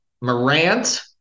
Morant